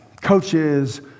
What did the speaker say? coaches